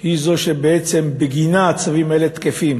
היא זו שבגינה צווים אלה תקפים,